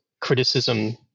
criticism